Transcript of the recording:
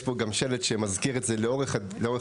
ויש פה גם שלט שמזכיר את זה: לאורך הדברים,